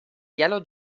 yellow